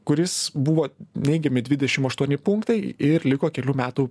kuris buvo neigiami dvidešim aštuoni punktai ir liko kelių metų